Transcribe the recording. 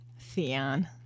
Theon